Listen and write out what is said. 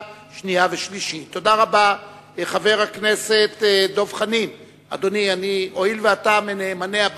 לאות חברות אני לא אצביע.